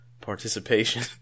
Participation